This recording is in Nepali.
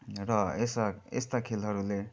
र यस्ता यस्ता खेलहरूले